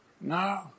No